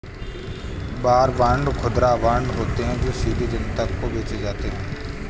war bond खुदरा bond होते हैं जो सीधे जनता को बेचे जाते हैं